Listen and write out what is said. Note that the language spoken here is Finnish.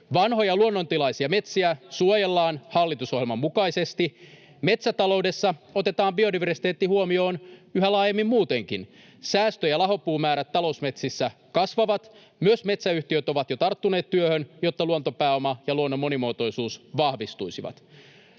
Vanhoja, luonnontilaisia metsiä suojellaan hallitusohjelman mukaisesti. Metsätaloudessa otetaan biodiversiteetti huomioon yhä laajemmin muutenkin. Säästö- ja lahopuumäärät talousmetsissä kasvavat. Myös metsäyhtiöt ovat jo tarttuneet työhön, jotta luontopääoma ja luonnon monimuotoisuus vahvistuisivat.